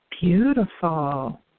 Beautiful